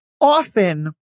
often